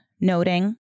noting